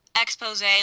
expose